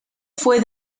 fue